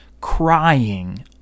crying